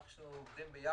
אנחנו עובדים ביחד.